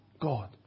God